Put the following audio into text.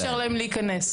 לא מתאפשר להם להיכנס.